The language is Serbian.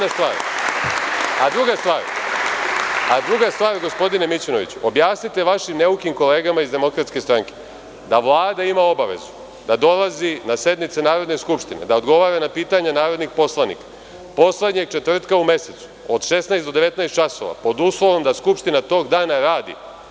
A druga stvar, gospodine Mićunoviću, objasnite vašim neukim kolegama iz DS da Vlada ima obavezu da dolazi na sednice Narodne skupštine, da odgovara na pitanja narodnih poslanika, poslednjeg četvrtka u mesecu, od 16,00 do 19,00 časova, pod uslovom da Skupština tog dana radi.